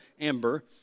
Amber